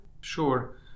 Sure